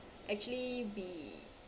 actually be